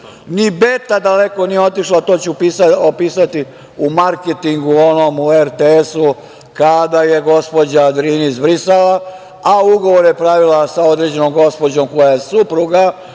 nije daleko otišla, ali to ću opisati u marketingu onom, u RTS-u, kada je gospođa iz Brisela, a ugovore pravila sa određenom gospođom koja je supruga